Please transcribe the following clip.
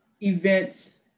events